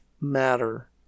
matter